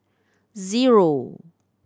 zero